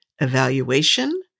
evaluation